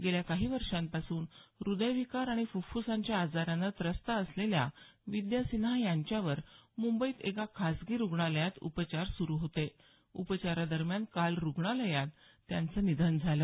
गेल्या काही वर्षांपासून हृदयविकार आणि फुफ्फुसांच्या आजारानं त्रस्त असलेल्या विद्या सिन्हा यांच्यावर मुंबईत एका खासगी रुग्णालयात उपचार सुरू होते उपचारादरम्यान काल रुग्णालयात त्यांचं निधन झालं